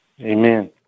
Amen